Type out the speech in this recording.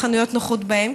חנויות הנוחות שבהן,